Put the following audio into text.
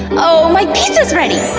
oh, my pizza's ready!